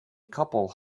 couple